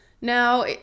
Now